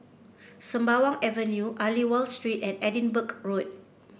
Sembawang Avenue Aliwal Street and Edinburgh Road